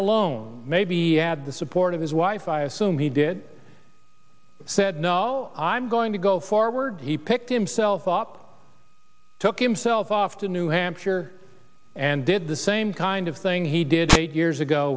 alone maybe add the support of his wife i assume he did said no i'm going to go forward he picked himself up took him self off to new hampshire and did the same kind of thing he did eight years ago